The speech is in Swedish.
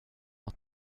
att